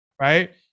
right